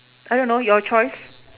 I don't know your choice